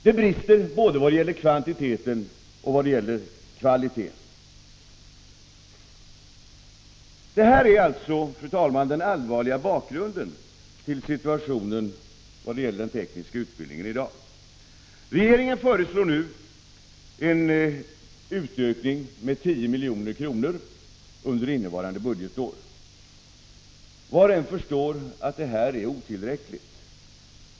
Det brister både vad gäller kvantitet och kvalitet. Fru talman! Detta är den allvarliga situationen för den tekniska utbildningen i dag. Regeringen föreslår nu en utökning av anslaget med 10 milj.kr. under innevarande budgetår. Var och en förstår att detta är otillräckligt.